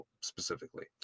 specifically